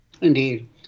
Indeed